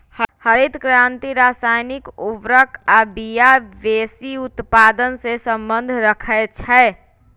हरित क्रांति रसायनिक उर्वर आ बिया वेशी उत्पादन से सम्बन्ध रखै छै